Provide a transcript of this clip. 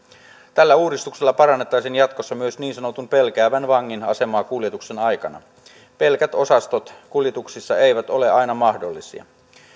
tällä uudistuksella parannettaisiin jatkossa myös niin sanotun pelkäävän vangin asemaa kuljetuksen aikana pelkät osastot kuljetuksissa eivät ole aina mahdollisia